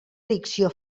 addicció